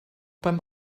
beim